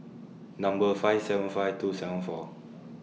Number five seven five two seven four